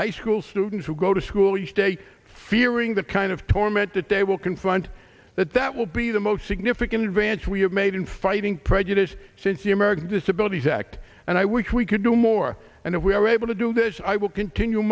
high school students who go to school each day fearing the kind of torment that they will confront that that will be the most significant advance we have made in fighting prejudice since the american disabilities act and i wish we could do more and if we are able to do this i will continue